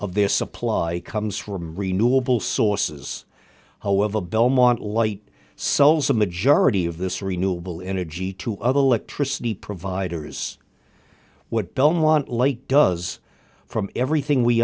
of their supply comes from renewable sources however belmont light sells the majority of this renewable energy to other electricity providers what does from everything we